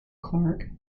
clark